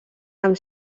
amb